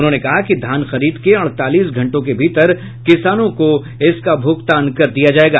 उन्होंने कहा कि धान खरीद के अड़तालीस घंटों के भीतर किसानों को भुगतान कर दिया जायेगा